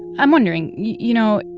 i'm wondering. you know,